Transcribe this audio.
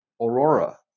aurora